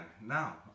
now